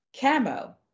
camo